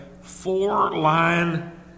four-line